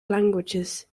languages